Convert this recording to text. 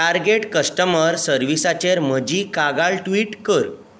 target customer सर्व्हिसाचेर म्हजी कागाळ ट्विट कर